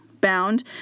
bound